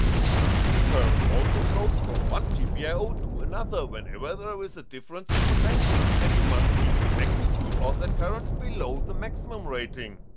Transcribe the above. a current also flows from one gpios to another whenever there ah is a difference in potential and you must keep the magnitude of that current below the maximum rating.